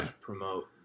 promote